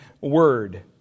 word